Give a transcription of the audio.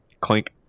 Clink